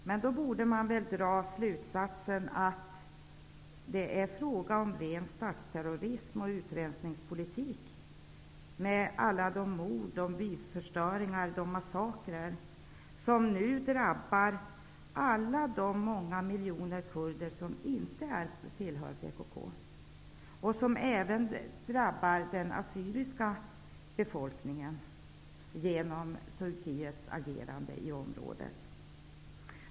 Men då borde man väl dra slutsatsen att alla de mord, de byförstöringar och de massakrer som nu drabbar alla de många miljoner kurder som inte tillhör PKK är ren statsterrorism och utrensningspolitik. Den drabbar även den assyriska befolkningen genom Turkiets agerande i området.